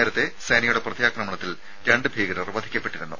നേരത്തെ സേനയുടെ പ്രത്യാക്രമണത്തിൽ രണ്ട് ഭീകരർ വധിക്കപ്പെട്ടിരുന്നു